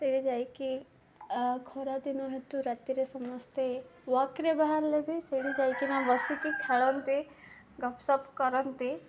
ସେଠି ଯାଇକି ଖରାଦିନ ହେତୁ ରାତିରେ ସମସ୍ତେ ୱକ୍ରେ ବାହାରିଲେ ବି ସେଇଠି ଯାଇକିନା ବସିକି ଖେଳନ୍ତି ଗପ୍ସପ୍ କରନ୍ତି